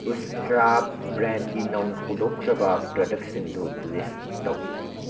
ꯎꯁꯇ꯭ꯔꯥ ꯕ꯭ꯔꯦꯟꯒꯤ ꯅꯧꯅ ꯍꯧꯗꯣꯛꯈ꯭ꯔꯕ ꯄ꯭ꯔꯗꯛꯁꯤꯡꯗꯨ ꯂꯤꯁ ꯇꯧ